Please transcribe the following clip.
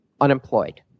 unemployed